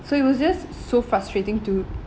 so it was just so frustrating to